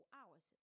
hours